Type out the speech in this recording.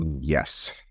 Yes